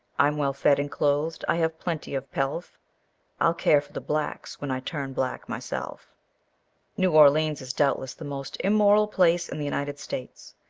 i'm well fed and clothed, i have plenty of pelf i'll care for the blacks when i turn black myself new orleans is doubtless the most immoral place in the united states.